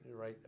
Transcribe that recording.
right